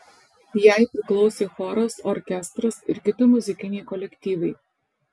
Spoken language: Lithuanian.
jai priklausė choras orkestras ir kiti muzikiniai kolektyvai